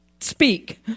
speak